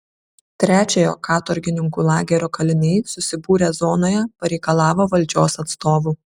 trečiojo katorgininkų lagerio kaliniai susibūrę zonoje pareikalavo valdžios atstovų